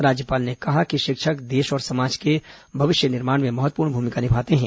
राज्यपाल ने कहा कि शिक्षक देश और समाज के भविष्य निर्माण में महत्वपूर्ण भूमिका निभाते हैं